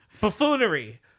buffoonery